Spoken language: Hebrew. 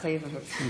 מתחייב אני חבר הכנסת,